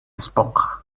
esponja